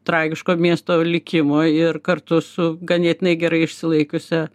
tragiško miesto likimo ir kartu su ganėtinai gerai išsilaikiusia